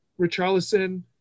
Richarlison